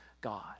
God